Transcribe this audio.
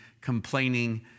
complaining